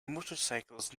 motorcycles